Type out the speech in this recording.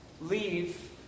leave